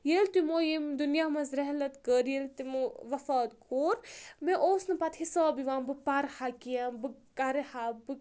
ییٚلہِ تِمو ییٚمہِ دُنیا منٛز رحلَت کٔر ییٚلہِ تِمو وفات کوٚر مےٚ اوس نہٕ پَتہٕ حِساب یِوان بہٕ پَرٕ ہا کینٛہہ بہٕ کَرٕ ہا بہٕ